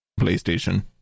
PlayStation